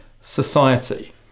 society